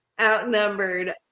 outnumbered